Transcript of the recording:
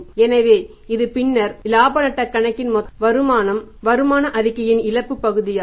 எனவே இது பின்னர் இலாப நட்டக் கணக்கின் மொத்த வருமானம் வருமான அறிக்கையின் இழப்பு பகுதியாகும்